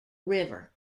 river